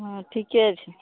हँ ठीके छै